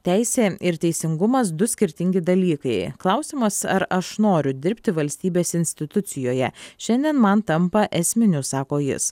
teisė ir teisingumas du skirtingi dalykai klausimas ar aš noriu dirbti valstybės institucijoje šiandien man tampa esminiu sako jis